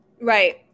right